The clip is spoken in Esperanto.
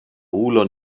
ulo